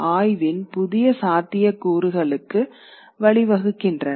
ஆய்வின் புதிய சாத்திய கூறுகளுக்கு வழிவகுக்கின்றன